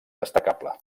destacable